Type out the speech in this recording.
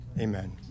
Amen